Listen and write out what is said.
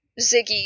Ziggy